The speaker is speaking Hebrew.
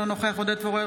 אינו נוכח עודד פורר,